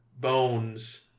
bones